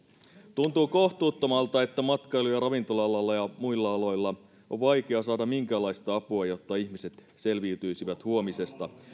tuntuu kohtuuttomalta että matkailu ja ravintola alalla ja muilla aloilla on vaikea saada minkäänlaista apua jotta ihmiset selviytyisivät huomisesta